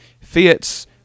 Fiat's